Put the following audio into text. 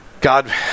God